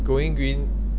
going green